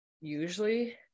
usually